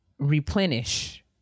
replenish